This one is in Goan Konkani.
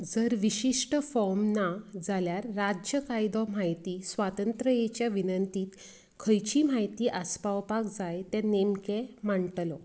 जर विशिश्ट फॉर्म ना जाल्यार राज्य कायदो म्हायती स्वातंत्रयेच्या विनंतींत खंयची म्हायती आसपावपाक जाय तें नेमके मांडटलें